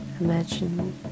Imagine